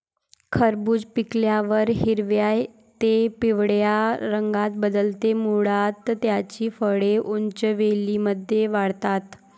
खरबूज पिकल्यावर हिरव्या ते पिवळ्या रंगात बदलते, मुळात त्याची फळे उंच वेलींमध्ये वाढतात